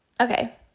okay